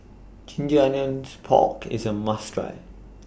Ginger Onions Pork IS A must Try